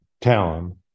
Talon